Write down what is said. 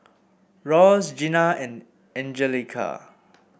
Ross Gina and Angelica